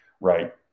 right